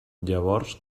llavors